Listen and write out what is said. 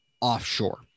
offshore